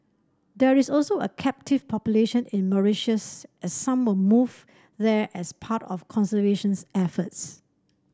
there is also a captive population in Mauritius as some were moved there as part of conservation efforts